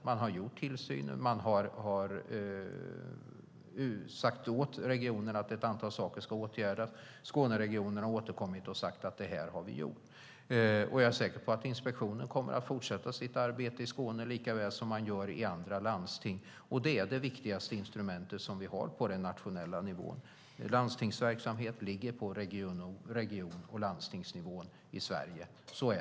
Man har gjort tillsynen, man har sagt åt regionen att ett antal saker ska åtgärdas. Skåneregionen har återkommit och sagt att det har de gjort. Jag är säker på att inspektionen kommer att fortsätta sitt arbete i Skåne liksom i andra landsting. Det är det viktigaste instrumentet vi har på den nationella nivån. Landstingsverksamhet ligger på region och landstingsnivån i Sverige.